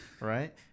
right